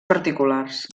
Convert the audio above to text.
particulars